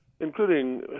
including